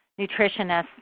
nutritionists